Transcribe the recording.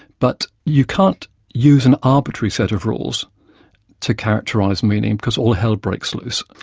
but you can't use an arbitrary set of rules to characterise meaning, because all hell breaks loose,